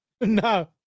No